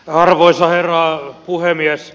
arvoisa herra puhemies